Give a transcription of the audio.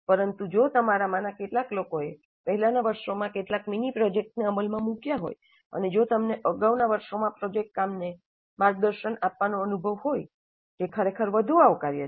પરંતુ જો તમારામાંના કેટલાક લોકોએ પહેલાના વર્ષોમાં કેટલાક મિનિ પ્રોજેક્ટ્સને અમલમાં મૂક્યા હોય અને જો તમને અગાઉના વર્ષોમાં પ્રોજેક્ટ કામને માર્ગદર્શન આપવાનો અનુભવ હોય જે ખરેખર વધુ આવકાર્ય છે